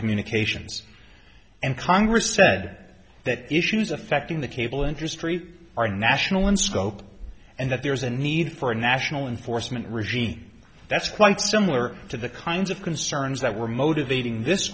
communications and congress said that issues affecting the cable industry are national in scope and that there is a need for a national in foresman regime that's quite similar to the kinds of concerns that were motivating this